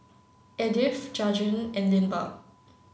Edyth Jajuan and Lindbergh